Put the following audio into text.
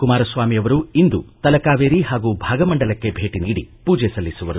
ಕುಮಾರಸ್ವಾಮಿ ಅವರು ಇಂದು ತಲಕಾವೇರಿ ಹಾಗೂ ಭಾಗಮಂಡಲಕ್ಕೆ ಭೇಟ ನೀಡಿ ಪೂಜೆ ಸಲ್ಲಿಸುವರು